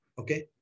okay